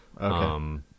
Okay